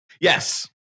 Yes